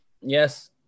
yes